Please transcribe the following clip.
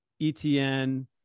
ETN